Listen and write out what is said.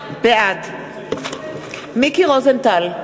בעד מיקי רוזנטל,